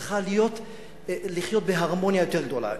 צריכה לחיות בהרמוניה יותר גדולה.